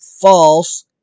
false